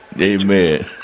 Amen